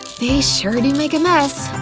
they sure do make a mess.